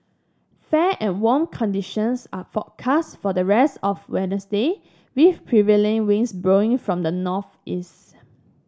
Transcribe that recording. fair and warm conditions are forecast for the rest of Wednesday with prevailing winds blowing from the northeast